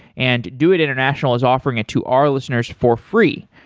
and doit international is offering it to our listeners for free.